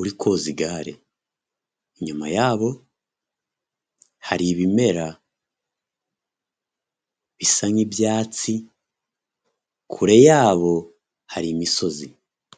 uri koza igare, inyuma yabo hari ibimera bisa nk'ibyatsi, kure yabo hari imisozi.